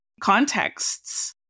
contexts